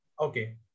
Okay